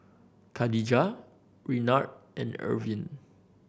Kadijah Renard and Ervin